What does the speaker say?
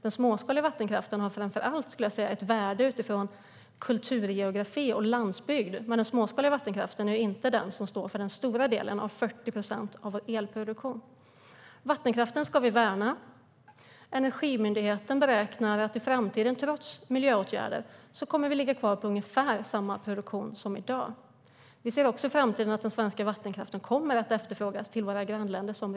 Den småskaliga vattenkraften skulle jag säga framför allt har ett värde utifrån kulturgeografi och landsbygd, men den småskaliga vattenkraften är inte den som står för den stora delen av vattenkraftens 40 procent av vår elproduktion. Vattenkraften ska vi värna. Energimyndigheten beräknar att vi i framtiden, trots miljöåtgärder, kommer att ligga kvar på ungefär samma produktion som i dag. Vi ser också att den svenska vattenkraften i framtiden kommer att efterfrågas som reglerkraft från våra grannländer.